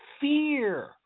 fear